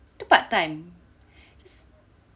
itu part time just